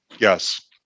yes